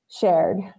shared